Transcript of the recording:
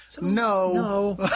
no